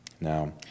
Now